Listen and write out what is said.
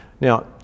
Now